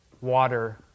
water